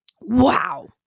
Wow